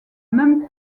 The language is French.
même